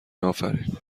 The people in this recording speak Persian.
افرین